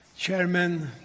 Chairman